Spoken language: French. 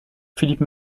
philippe